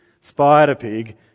Spider-Pig